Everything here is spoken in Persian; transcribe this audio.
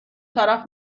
طرف